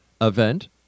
event